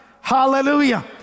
Hallelujah